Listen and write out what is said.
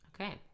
Okay